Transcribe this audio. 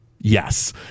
Yes